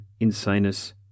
Insanus